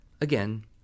again